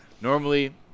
Normally